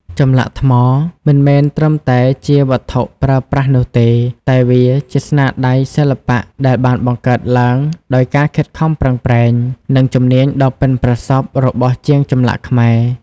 ចម្លាក់ថ្មមិនមែនត្រឹមតែជាវត្ថុប្រើប្រាស់នោះទេ តែវាជាស្នាដៃសិល្បៈដែលបានបង្កើតឡើងដោយការខិតខំប្រឹងប្រែង និងជំនាញដ៏ប៉ិនប្រសប់របស់ជាងចម្លាក់ខ្មែរ។